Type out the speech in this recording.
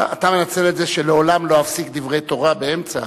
אתה מנצל את זה שלעולם לא אפסיק דברי תורה באמצע,